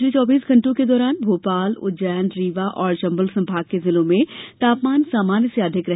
पिछले चौबीस घण्टों के दौरान भोपाल उज्जैन रीवा और चम्बल संभाग के जिलों में तापमान सामान्य से अधिक रहे